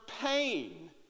pain